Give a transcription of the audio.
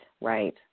right